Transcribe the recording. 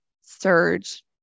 surge